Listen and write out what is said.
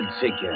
figure